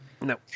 no